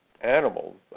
animals